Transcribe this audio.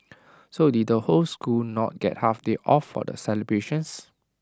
so did the whole school not get half day off for the celebrations